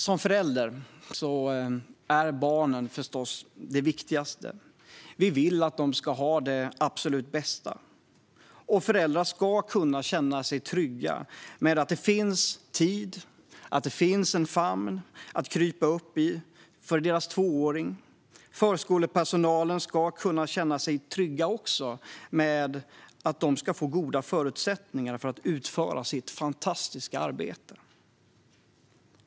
För en förälder är barnen det viktigaste. Vi vill att de ska ha det absolut bästa. Föräldrar ska kunna känna sig trygga med att det finns tid och en famn att krypa upp i för deras tvååring. Förskolepersonalen ska kunna känna sig trygg med att ha goda förutsättningar att utföra sitt fantastiska arbete.